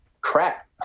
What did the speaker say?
crap